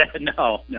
no